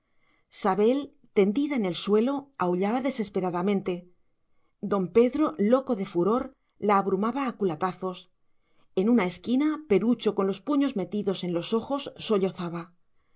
sabel tendida en el suelo aullaba desesperadamente don pedro loco de furor la brumaba a culatazos en una esquina perucho con los puños metidos en los ojos